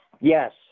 Yes